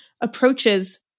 approaches